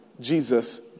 Jesus